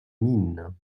mines